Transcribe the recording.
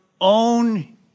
own